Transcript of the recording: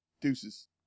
Deuces